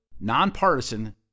nonpartisan